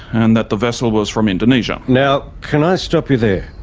and that the vessel was from indonesia. now, can i stop you there?